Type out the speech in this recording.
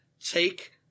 take